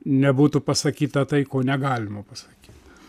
nebūtų pasakyta tai ko negalima pasakyt